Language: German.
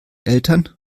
eltern